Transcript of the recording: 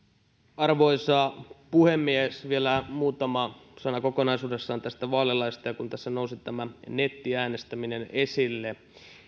arvoisa puhemies vielä muutama sana kokonaisuudessaan tästä vaalilaista ja siitä kun tässä nousi tämä nettiäänestäminen esille